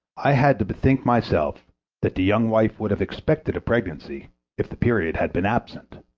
i had to bethink myself that the young wife would have expected a pregnancy if the period had been absent.